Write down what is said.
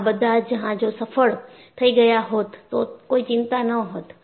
આ બધા જહાજો સફળ થઈ ગયા હોત તો કોઈ ચિંતા ન હોત